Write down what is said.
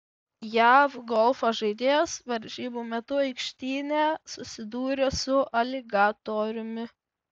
jav golfo žaidėjas varžybų metu aikštyne susidūrė su aligatoriumi